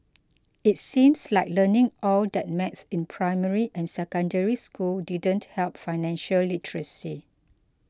it seems like learning all that math in primary and Secondary School didn't help financial literacy